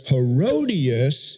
Herodias